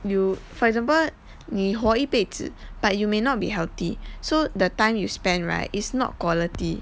you for example 你活一辈子 but you may not be healthy so the time you spend right is not quality